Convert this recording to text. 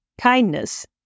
kindness